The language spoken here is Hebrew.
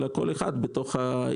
אלא כל אחד יכול לרכוש בתוך העיר,